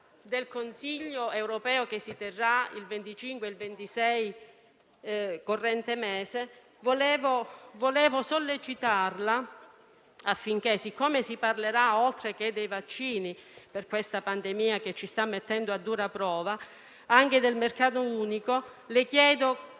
del Consiglio europeo che si terrà il 25 e il 26 di questo mese, dal momento che si parlerà, oltre che dei vaccini per la pandemia che ci sta mettendo a dura prova, anche del mercato unico, le chiedo